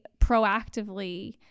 proactively